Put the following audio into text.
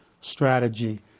strategy